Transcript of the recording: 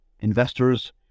investors